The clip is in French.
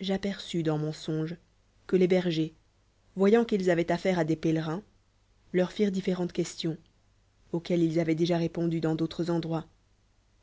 j'aperçus dans moe songe que jes bergers voyant qu'ils avoient affaire il des pélelios leur firent différentes questions auxquelles ils avoient déjà x pondu dans d'autres endroits